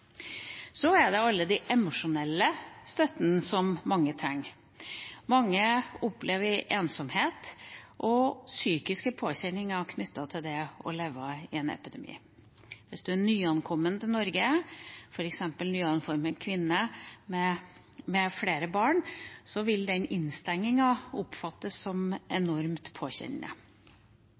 Så er det all den emosjonelle støtten som mange trenger. Mange opplever ensomhet og psykiske påkjenninger knyttet til det å leve i en epidemi. Er man nyankommet til Norge, f.eks. nyankommet kvinne med flere barn, vil den innestenginga oppfattes som